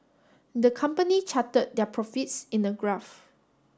the company charted their profits in a graph